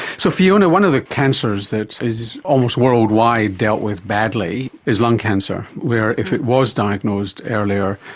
so fiona, one of the cancers that is almost worldwide dealt with badly is lung cancer were if it was diagnosed earlier,